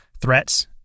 threats